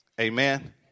Amen